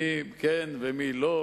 מי כן ומי לא,